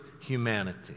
humanity